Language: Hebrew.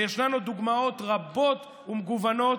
ויש לנו דוגמאות רבות ומגוונות.